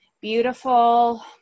beautiful